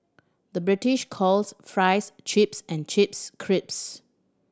the British calls fries chips and chips crisps